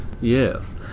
Yes